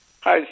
Hi